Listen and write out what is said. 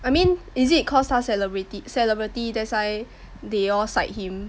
I mean is it cause 他 celebrit~ celebrity that's why they all side him